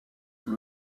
sous